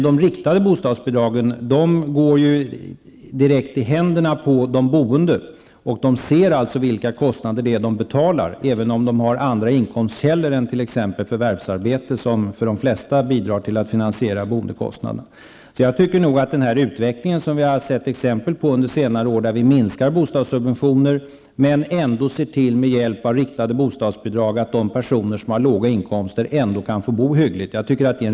De riktade bostadsbidragen får de boende direkt i handen, och de ser alltså vilka konstnader de har, även om de har andra inkomstkällor än t.ex. förvärvsarbete, som för de flesta bidrar till att finansiera boendekostnaderna. Jag tycker att det är en riktig utveckling som vi har sett exempel på under senare år, när vi minskar bostadssubventioner men med hjälp av riktade bostadsbidrag ser till att de personer som har låga inkomster ändå kan få bo hyggligt.